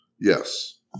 Yes